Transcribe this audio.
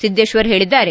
ಸಿದ್ದೇಶ್ವರ ಹೇಳಿದ್ದಾರೆ